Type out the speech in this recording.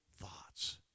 thoughts